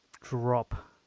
drop